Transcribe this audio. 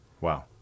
Wow